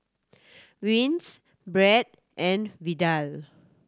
Vince Brett and Vidal